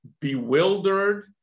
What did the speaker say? bewildered